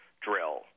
drill